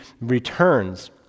returns